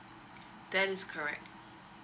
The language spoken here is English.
that's correct